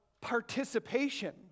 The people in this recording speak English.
participation